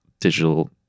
digital